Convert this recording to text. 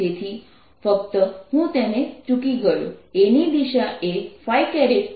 તેથી ફક્ત હું તેને ચૂકી ગયો A ની દિશા એ છે